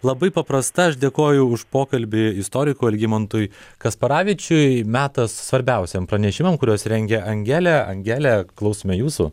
labai paprasta aš dėkoju už pokalbį istorikui algimantui kasparavičiui metas svarbiausiem pranešimam kuriuos rengė angelė angele klausome jūsų